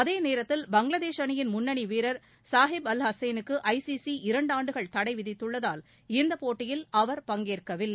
அதேநேரத்தில் பங்களாதேஷ் அணியின் முன்னணி வீரர் ஷாஹிப் அல் ஹசேனுக்கு ஐசிசி இரண்டாண்டுகள் தடை விதித்துள்ளதால் இந்தப் போட்டியில் அவர் பங்கேற்கவில்லை